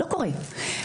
לא קורה.